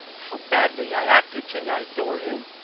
how badly i acted to-night, dorian!